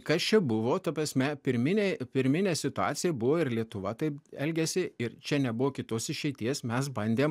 kas čia buvo ta prasme pirminė pirminė situacija buvo ir lietuva taip elgėsi ir čia nebuvo kitos išeities mes bandėm